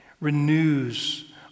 renews